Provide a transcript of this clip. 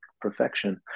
perfection